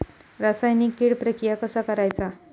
रासायनिक कीड प्रक्रिया कसा करायचा?